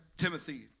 Timothy